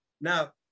Now